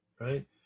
right